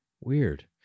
weird